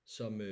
som